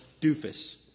doofus